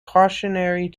cautionary